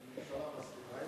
הממשלה מסכימה אתך?